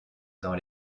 dans